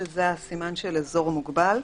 שזה הסימן של אזור מוגבל,